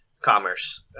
commerce